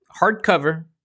Hardcover